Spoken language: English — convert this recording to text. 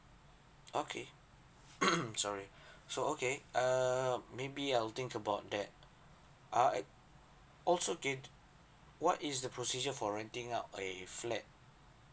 okay sorry so okay err maybe I'll think about that ah I also did what is the procedure for renting out a flat